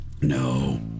No